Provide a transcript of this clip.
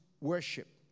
worship